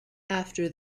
after